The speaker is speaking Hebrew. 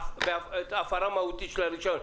הפרה מהותית של הרישיון?